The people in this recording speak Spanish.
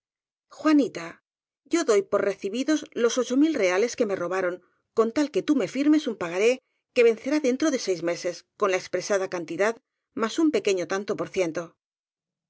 juanita yo doy por recibidos los ocho mil reales que me robaron con tal que tú me firmes un pagaré que vencerá dentro de seis meses por la expresada cantidad más un pequeño tanto por ciento